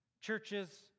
churches